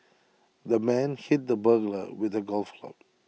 the man hit the burglar with A golf club